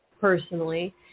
personally